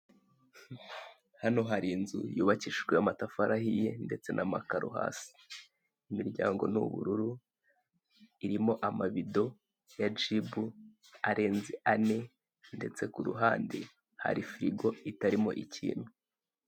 Hano hari inzu yubakishijwe amatafari ahiye ndetse n'amakaro hasi imiryango ni ubururu irimo amarido ya jibu arenze ane ndetse kuruhande hari firigo itarimo ikintu